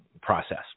process